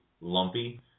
lumpy